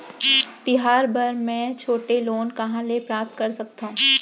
तिहार बर मै छोटे लोन कहाँ ले प्राप्त कर सकत हव?